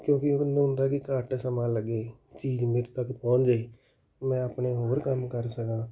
ਕਿਉਂਕਿ ਉਹਨੂੰ ਹੁੰਦਾ ਕਿ ਘੱਟ ਸਮਾਂ ਲੱਗੇ ਚੀਜ਼ ਮੇਰੇ ਤੱਕ ਪਹੁੰਚ ਜਾਵੇ ਮੈਂ ਆਪਣੇ ਹੋਰ ਕੰਮ ਕਰ ਸਕਾਂ